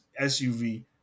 SUV